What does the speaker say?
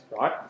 right